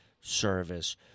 service